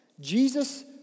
Jesus